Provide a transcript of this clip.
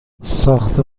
ساخت